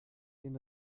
den